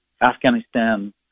Afghanistan